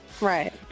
Right